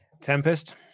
tempest